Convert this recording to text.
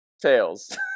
Tails